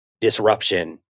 disruption